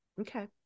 Okay